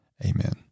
Amen